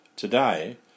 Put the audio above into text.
Today